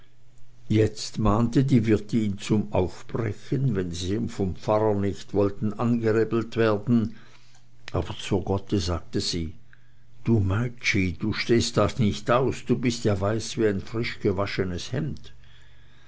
jetzt mahnte die wirtin zum aufbrechen wenn sie vom pfarrer nicht wollten angerebelt werden aber zur gotte sagte sie du meitschi stehst das nicht aus du bist ja weiß wie ein frischgewaschenes hemd